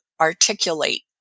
articulate